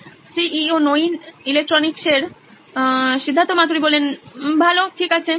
Siddharth Maturi C E O নোইন electronics ভালো ঠিক আছে